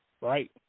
Right